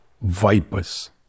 vipers